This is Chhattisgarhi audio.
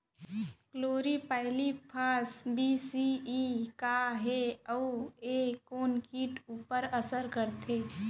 क्लोरीपाइरीफॉस बीस सी.ई का हे अऊ ए कोन किट ऊपर असर करथे?